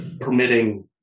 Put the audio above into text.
permitting